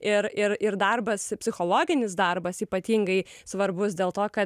ir ir ir darbas psichologinis darbas ypatingai svarbus dėl to kad